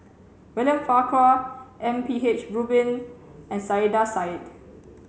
William Farquhar M P H Rubin and Saiedah Said